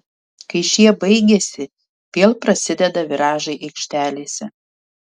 kai šie baigiasi vėl prasideda viražai aikštelėse